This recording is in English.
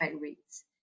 rates